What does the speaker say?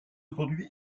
produit